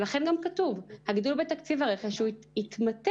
לכן גם כתוב שהגידול בתקציב הרכש יתמתן.